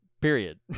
period